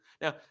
Now